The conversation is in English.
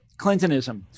Clintonism